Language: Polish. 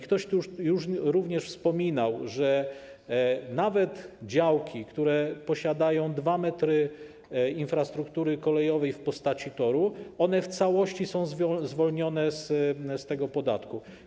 Ktoś tu już również wspominał, że nawet działki, które posiadają 2 m infrastruktury kolejowej w postaci toru, w całości są zwolnione z tego podatku.